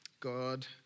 God